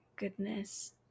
goodness